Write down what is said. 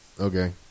Okay